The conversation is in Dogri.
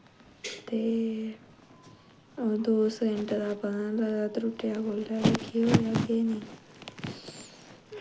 ते ओह् दो सकैंट दा पता नी लगदा त्रुट्टेआ कुसलै ते केह् होआ केह् नेईं